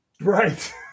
Right